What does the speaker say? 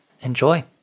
enjoy